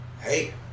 Hey